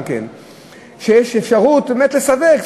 שיש אפשרות לסווג,